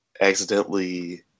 accidentally